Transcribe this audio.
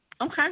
Okay